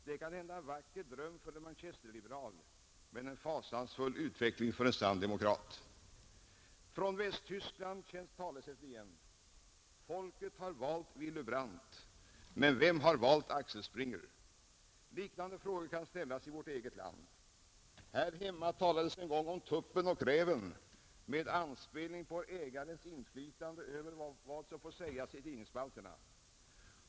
Det är kanhända en vacker dröm för en manchesterliberal — men en fasansfull utveckling för en sann demokrat! Från Västtyskland känns talesättet igen: Folket har valt Willy Brandt men vem har valt Axel Springer? Liknande frågor kan ställas i vårt eget land. Här hemma talades det en gång om tuppen och räven med anspelning på ägarens inflytande över vad som får sägas i tidningsspalterna.